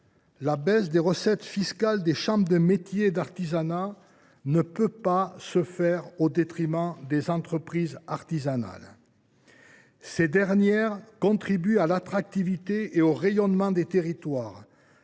la baisse des recettes fiscales des chambres de métiers et de l’artisanat (CMA) ne doit pas se faire au détriment des entreprises artisanales. Celles ci contribuent à l’attractivité et au rayonnement des territoires.